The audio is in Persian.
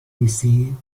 نویسید